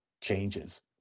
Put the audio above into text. changes